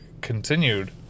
continued